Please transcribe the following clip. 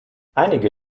einige